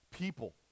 people